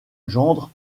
gendre